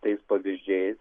tais pavyzdžiais